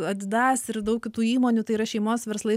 adidas ir daug kitų įmonių tai yra šeimos verslai